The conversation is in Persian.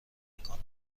میکنن